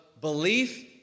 belief